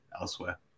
elsewhere